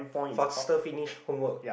faster finish homework